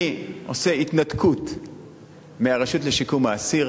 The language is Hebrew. אני עושה התנתקות מהרשות לשיקום האסיר,